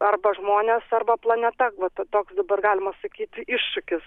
arba žmonės arba planeta va toks dabar galima sakyt iššūkis